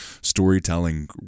storytelling